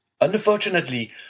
Unfortunately